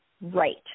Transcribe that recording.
right